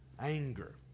anger